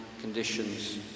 conditions